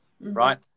right